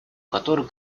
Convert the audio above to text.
который